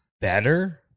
better